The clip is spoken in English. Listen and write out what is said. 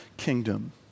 kingdom